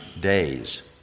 days